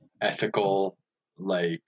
ethical-like